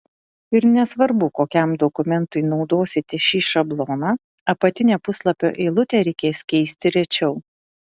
ir nesvarbu kokiam dokumentui naudosite šį šabloną apatinę puslapio eilutę reikės keisti rečiau